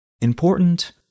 Important